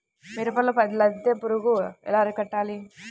మిరపలో లద్దె పురుగు ఎలా అరికట్టాలి?